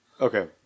Okay